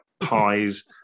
pies